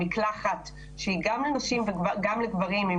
המקלחת היא גם לנשים וגם לגברים עם